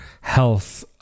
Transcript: health